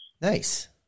Nice